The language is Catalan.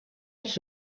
els